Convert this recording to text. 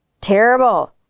terrible